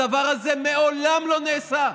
הדבר הזה מעולם לא נעשה.